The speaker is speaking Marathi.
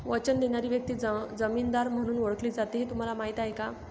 वचन देणारी व्यक्ती जामीनदार म्हणून ओळखली जाते हे तुम्हाला माहीत आहे का?